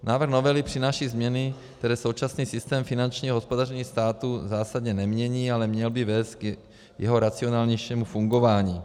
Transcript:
Návrh novely přináší změny, které současný systém finančního hospodaření státu zásadně nemění, ale měl by vést k jeho racionálnějšímu fungování.